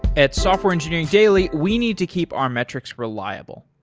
at software engineering daily, we need to keep our metrics reliable.